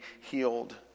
healed